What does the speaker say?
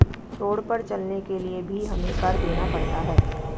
road पर चलने के लिए भी हमें कर देना पड़ता है